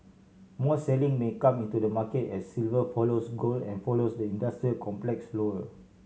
more selling may come into the market as silver follows gold and follows the industrial complex lower